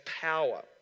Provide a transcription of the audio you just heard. power